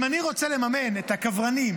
אם אני רוצה לממן את הקברנים,